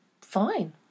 fine